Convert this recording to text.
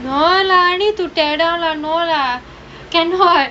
no lah you need get down lah cannot